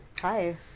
Hi